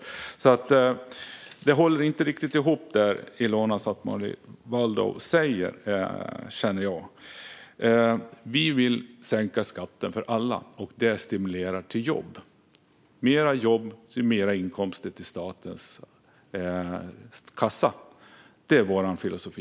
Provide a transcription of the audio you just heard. Det Ilona Szatmári Waldau säger hänger alltså inte riktigt ihop. Vi vill sänka skatten för alla, och det stimulerar till jobb. Mer jobb ger mer inkomster till statens kassa. Det är vår filosofi.